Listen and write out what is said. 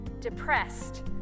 depressed